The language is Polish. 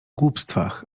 głupstwach